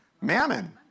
Mammon